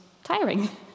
Tiring